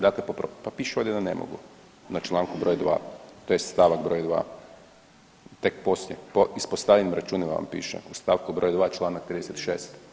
Dakle, pa piše ovdje da ne mogu na članku broj 2. tj. stavak broj 2., tek poslije po ispostavljenim računima vam piše u stavku broj 2. Članak 36.